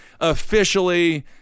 officially